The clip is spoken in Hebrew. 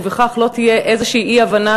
וכך לא תהיה איזושהי אי-הבנה,